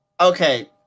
okay